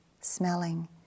smelling